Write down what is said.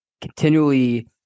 continually